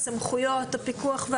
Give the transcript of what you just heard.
הסמכויות והפיקוח.